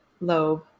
lobe